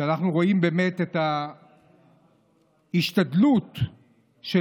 כשאנחנו רואים באמת את ההשתדלות של